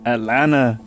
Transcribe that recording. Atlanta